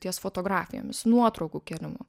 ties fotografijomis nuotraukų kėlimu